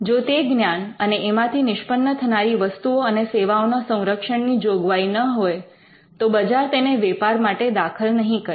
જો તે જ્ઞાન અને એમાંથી નિષ્પન્ન થનારી વસ્તુઓ અને સેવાઓના સંરક્ષણની જોગવાઈ ન હોય તો બજાર તેને વેપાર માટે દાખલ નહીં કરે